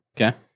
Okay